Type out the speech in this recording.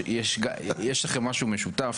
יש אוכלוסיות מסוימות שנמצאות,